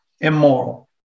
immoral